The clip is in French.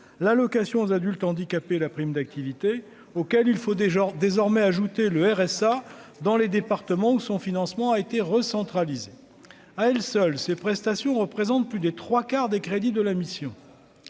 l'allocation aux adultes handicapés, la prime d'activité auquel il faut des désormais ajouter le RSA dans les départements où son financement a été recentraliser à elles seules, ces prestations représentent plus des 3 quarts des crédits de la mission